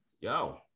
yo